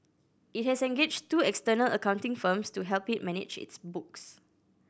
it has engaged two external accounting firms to help it manage its books